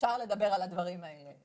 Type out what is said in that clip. אפשר לדבר על הדברים האלה,